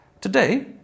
Today